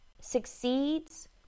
succeeds